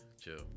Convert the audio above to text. Chill